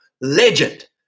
legend